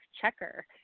checker